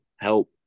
help